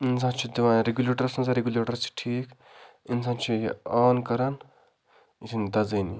اِنسان چھُ دِوان رِگیوٗلیٹرَس نَظر رِگیوٗلیٹَر چھِ ٹھیٖک اِنسان چھُ یہِ آن کَران یہِ چھُنہٕ دَزٲنی